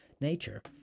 nature